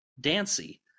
Dancy